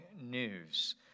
news